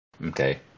Okay